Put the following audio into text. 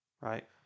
right